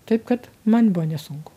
taip kad man buvo nesunku